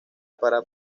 para